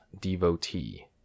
devotee